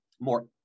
more